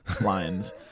Lines